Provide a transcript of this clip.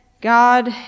God